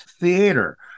theater